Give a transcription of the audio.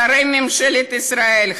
שרי ממשלת ישראל,